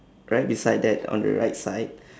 right beside that on the right side